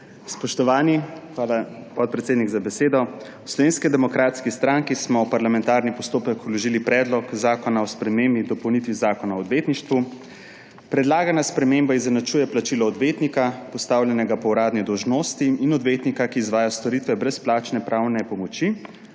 Spoštovani! Hvala, podpredsednik, za besedo. V Slovenski demokratski stranki smo v parlamentarni postopek vložili Predlog zakona o spremembi in dopolnitvi Zakona o odvetništvu. Predlagana sprememba izenačuje plačilo odvetnika, postavljenega po uradni dolžnosti, in odvetnika, ki izvaja storitve brezplačne pravne pomoči,